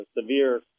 severe